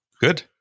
Good